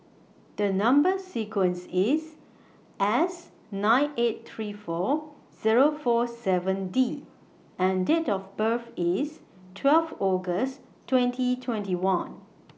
The Number sequence IS S nine eight three two Zero four seven D and Date of birth IS twelve August twenty twenty one